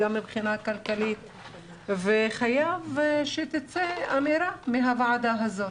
גם מבחינה כלכלית וחייבת לצאת אמירה מהוועדה הזאת.